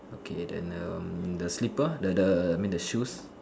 okay then um the slipper the the I mean the shoes